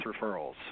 referrals